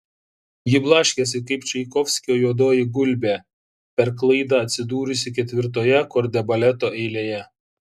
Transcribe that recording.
ji blaškėsi kaip čaikovskio juodoji gulbė per klaidą atsidūrusi ketvirtoje kordebaleto eilėje